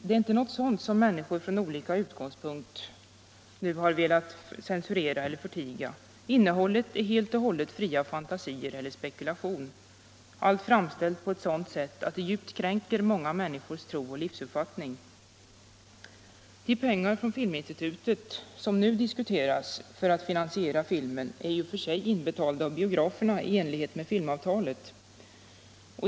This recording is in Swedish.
Det är inte något sådant som människor från olika utgångspunkter nu har velat censurera eller förtiga. Innehållet är helt och hållet fria fantasier eller spekulation, allt framställt på ett sådan sätt att det djupt 43 kränker många människors tro och livsuppfattning. De pengar från Filminstitutet som nu diskuteras när det gäller finansiering av filmen är i och för sig inbetalda av biograferna i enlighet med filmavtalet.